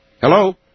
Hello